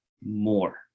more